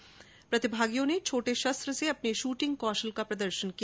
चौथे चरण में प्रतिभागियों ने छोटे शस्त्र से अपने शूटिंग कौशल का प्रदर्शन किया